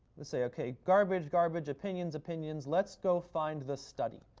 let's see. ok. garbage, garbage, opinions, opinions. let's go find the study.